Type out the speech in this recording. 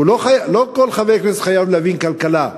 לא כל חבר כנסת חייב להבין בכלכלה,